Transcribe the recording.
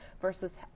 versus